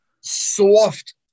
soft